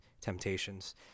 temptations